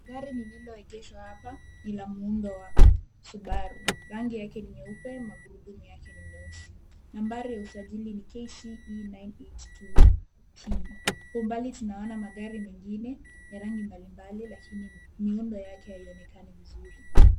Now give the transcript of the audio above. Gari lililoegeshwa hapa ni la muundo wa subaru. Rangi yake ni nyeupe, magurudumu yake ni meusi. Nambari ya usajili ni KCE 982P. Kwa umbali tunaona magari mengine ya rangi mbalimbali lakini miundo yake haionekani vizuri.